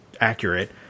accurate